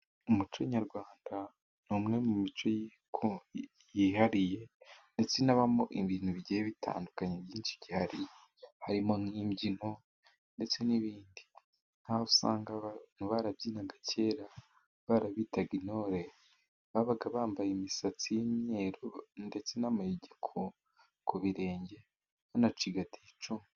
Umuco nyarwanda ni umwe mu mico yihariye ndetse ubamo ibintu bigiye bitandukanye byinshi, harimo n'imbyino ndetse n'ibindi nkaho usanga barabyinaga kera barabitaga intore, babaga bambaye imisatsi y'imyeru ndetse n'amayugi ku birenge banacigatiye icumu.